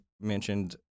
mentioned